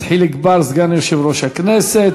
חיליק בר, סגן יושב-ראש הכנסת.